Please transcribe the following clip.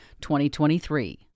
2023